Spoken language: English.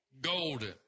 golden